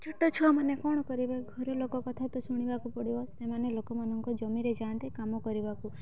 ଛୋଟ ଛୁଆମାନେ କ'ଣ କରିବେ ଘରଲୋକ କଥା ତ ଶୁଣିବାକୁ ପଡ଼ିବ ସେମାନେ ଲୋକମାନଙ୍କ ଜମିରେ ଯାଆନ୍ତେ କାମ କରିବାକୁ